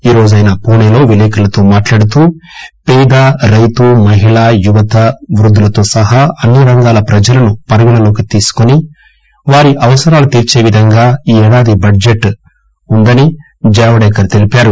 ఈరోజు ఆయన పూణెలో విలేకరులతో మాట్టాడుతూ పేద రైతు మహిళా యువత వృద్దులతో సహా అన్ని రంగాల ప్రజలను పరిగణలోకి తీసుకుని వారి అవసరాలు తీర్చేవిధంగా ఈ ఏడాది బడ్జెట్ ఉందని జావదేకర్ చెప్పారు